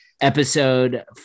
episode